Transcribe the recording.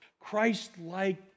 Christ-like